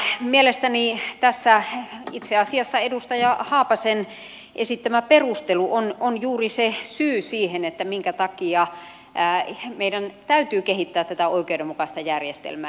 mielestäni tässä itse asiassa edustaja haapasen esittämä perustelu on juuri se syy siihen minkä takia meidän täytyy kehittää tätä oikeudenmukaista järjestelmää